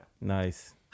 Nice